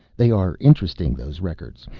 they are interesting, those records.